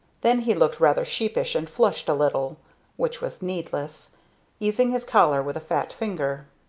then he looked rather sheepish and flushed a little which was needless easing his collar with a fat finger.